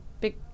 big